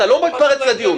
אתה לא מתפרץ לדיון.